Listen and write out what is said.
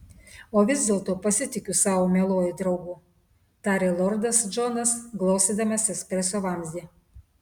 o vis dėlto pasitikiu savo mieluoju draugu tarė lordas džonas glostydamas ekspreso vamzdį